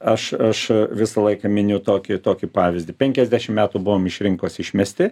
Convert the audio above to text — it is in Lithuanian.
aš aš visą laiką miniu tokį tokį pavyzdį penkiasdešim metų buvom iš rinkos išmesti